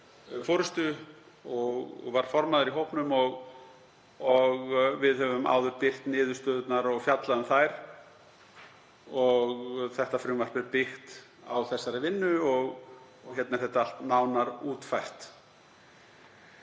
forystu og var formaður í hópnum og við höfum áður birt niðurstöðurnar og fjallað um þær. Þetta frumvarp er byggt á þessari vinnu og hérna er þetta allt nánar útfært.